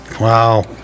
Wow